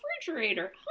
refrigerator